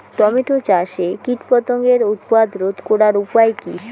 Tomato চাষে কীটপতঙ্গের উৎপাত রোধ করার উপায় কী?